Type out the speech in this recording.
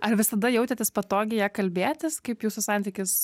ar visada jautėtės patogiai ją kalbėtis kaip jūsų santykis